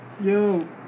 Yo